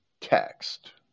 text